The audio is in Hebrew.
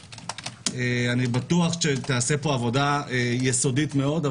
ואני בטוח שתיעשה פה עבודה יסודית מאוד,